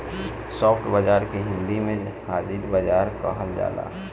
spot बाजार के हिंदी में हाजिर बाजार कहल जाला